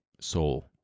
soul